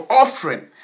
offering